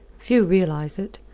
few realize it.